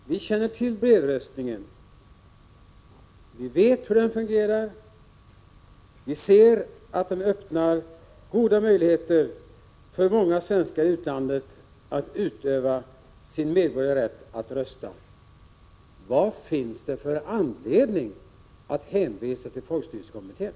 Herr talman! Vi känner till brevröstningen, vi vet hur den fungerar. Vi ser att den öppnar goda möjligheter för många svenskar i utlandet att utöva sin medborgarrätt att rösta. Vad finns det för anledning att hänvisa till folkstyrelsekommittén?